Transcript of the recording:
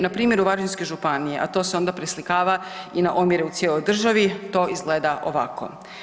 Na primjeru Varaždinske županije, a to se onda preslikava i na omjere u cijeloj državi, to izgleda ovako.